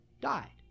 died